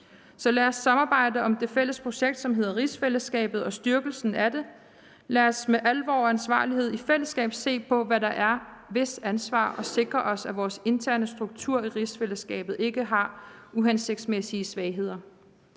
Så lad os samarbejde om det fælles projekt, som hedder rigsfællesskabet, og om styrkelsen af det. Lad os med alvor og ansvarlighed i fællesskab se på, hvad der er hvis ansvar, og sikre os, at vores interne struktur i rigsfællesskabet ikke har uhensigtsmæssige svagheder.